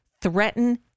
threaten